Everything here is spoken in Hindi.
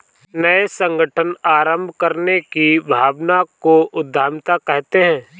नये संगठन आरम्भ करने की भावना को उद्यमिता कहते है